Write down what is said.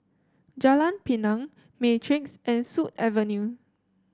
Jalan Pinang Matrix and Sut Avenue